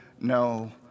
no